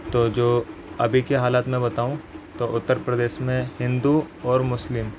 تو جو ابھی کے حالات میں بتاؤں تو اتّر پردیش میں ہندو اور مسلم